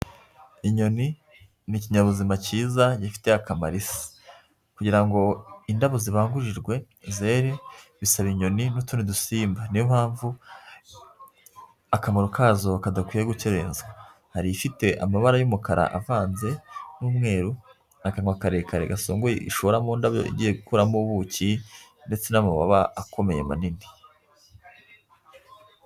Inyoni ni ikinyabuzima Kiza gifitiye akamaro Isi. Kugira ngo indabo zibangurirwe zere bisaba inyoni n'utundi dusimba. Ni yo mpamvu akamaro kazo kadakwiye gukereswa. Hari ifite amabara y'umukara avanze n'umweru, akanwa karekare gasongoye ishora mu ndabyo igiye gukuramo ubuki ndetse n'amababa akomeye manini.